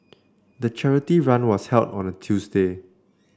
the charity run was held on a Tuesday